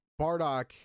Bardock